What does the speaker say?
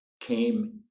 came